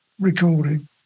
recording